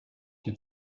die